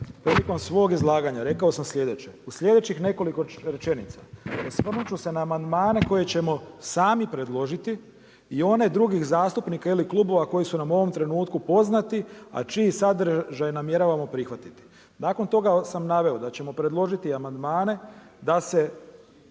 Prilikom svog izlaganja rekao sam sljedeće u sljedećih nekoliko rečenica osvrnut ću se na amandmane koje ćemo sami predložiti i one drugih zastupnika ili klubova koji su nam u ovom trenutku poznati, a čiji sadržaj namjeravamo prihvatiti. Nakon toga sam naveo da ćemo predložiti amandmane da se